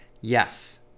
Yes